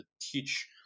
teach